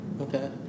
Okay